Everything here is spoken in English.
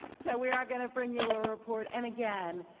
so we are going to bring you a report, and again,